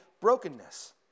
brokenness